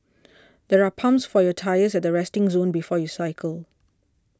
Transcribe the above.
there are pumps for your tyres at the resting zone before you cycle